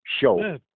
show